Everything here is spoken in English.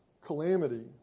calamity